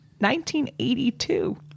1982